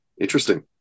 interesting